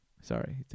Sorry